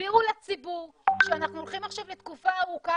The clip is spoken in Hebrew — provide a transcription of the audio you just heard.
תסבירו לציבור שאנחנו הולכים עכשיו לתקופה ארוכה,